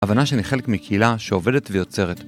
הבנה שאני חלק מקהילה שעובדת ויוצרת.